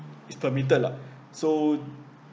estimated lah so